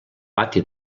pati